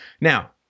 now